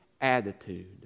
attitude